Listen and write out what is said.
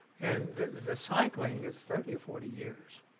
and the cycling is thirty or forty years.